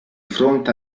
fronte